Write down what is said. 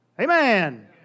Amen